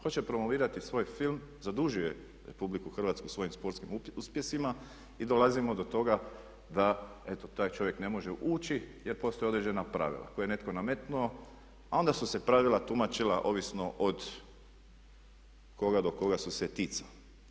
Hoće promovirati svoj film, zadužio je Republiku Hrvatsku svojim sportskim uspjesima i dolazimo do toga da eto taj čovjek ne može ući jer postoje određena pravila koje je netko nametnuo, a onda su se pravila tumačila ovisno od koga do koga su se ticala.